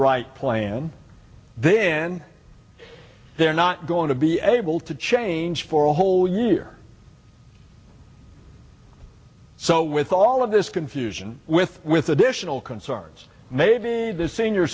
right plan then they're not going to be able to change for a whole year so with all of this confusion with with additional concerns maybe the senior